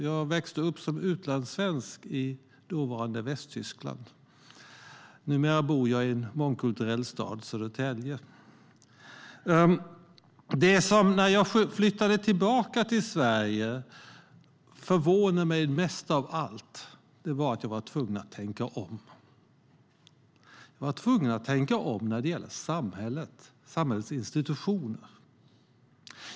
Jag växte upp som utlandssvensk i dåvarande Västtyskland. Numera bor jag i den mångkulturella staden Södertälje. Det som förvånade mig mest av allt när jag flyttade tillbaka till Sverige var att jag var tvungen att tänka om när det gällde samhällets institutioner.